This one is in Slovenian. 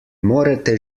morete